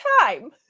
time